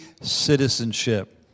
citizenship